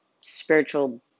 spiritual